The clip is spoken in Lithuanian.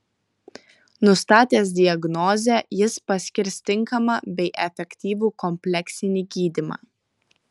nustatęs diagnozę jis paskirs tinkamą bei efektyvų kompleksinį gydymą